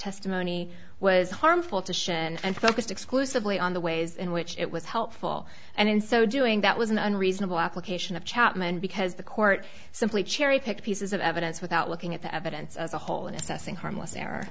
testimony was harmful to show and focused exclusively on the ways in which it was helpful and in so doing that was an unreasonable application of chapman because the court simply cherry pick pieces of evidence without looking at the evidence as a whole in assessing harmless error